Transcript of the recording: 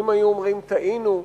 ואם היו אומרים: טעינו,